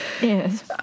Yes